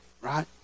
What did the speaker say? right